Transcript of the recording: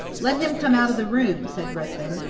let him come out of the room said ruthven.